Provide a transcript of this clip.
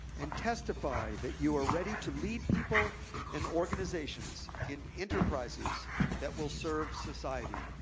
and testify that you are ready to lead people and organizations in enterprises that will serve society.